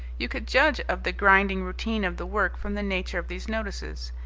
you could judge of the grinding routine of the work from the nature of these notices.